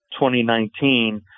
2019